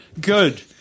Good